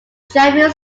champion